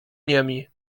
niemi